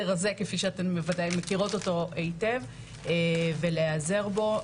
הזה כפי שאתן בוודאי מכירות אותו היטב ולהיעזר בו.